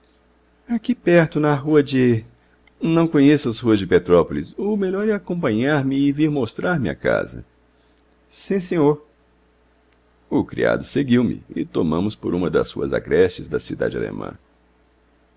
aqui perto na rua de não conheço as ruas de petrópolis o melhor é acompanhar-me e vir mostrar-me a casa sim senhor o criado seguiu me e tomamos por uma das ruas agrestes da cidade alemã